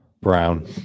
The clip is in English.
Brown